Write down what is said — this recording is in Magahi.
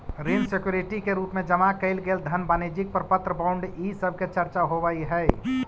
ऋण सिक्योरिटी के रूप में जमा कैइल गेल धन वाणिज्यिक प्रपत्र बॉन्ड इ सब के चर्चा होवऽ हई